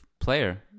player